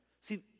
See